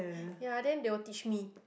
ya then they will teach me